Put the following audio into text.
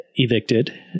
Evicted